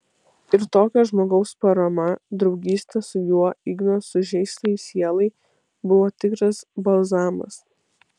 ir tokio žmogaus parama draugystė su juo igno sužeistai sielai buvo tikras balzamas